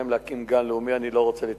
להקים גן לאומי אני לא רוצה להתייחס.